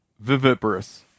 viviparous